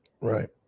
Right